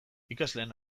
ikasleen